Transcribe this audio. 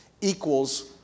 equals